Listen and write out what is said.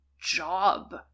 job